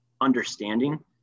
understanding